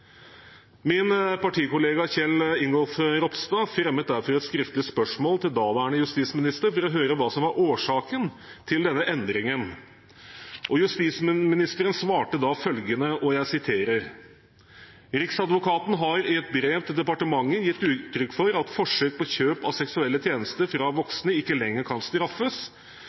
Min partikollega Kjell Ingolf Ropstad stilte derfor et skriftlig spørsmål til daværende justisminister for å høre hva som var årsaken til denne endringen. Justisministeren svarte da følgende: «Riksadvokaten har i et brev til departementet gitt uttrykk for at forsøk på kjøp av seksuelle tjenester fra voksne ikke lenger kan straffes,